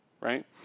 Right